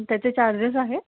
त्याचे चार्जेस आहे